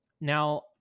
Now